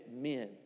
men